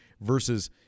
versus